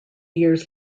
years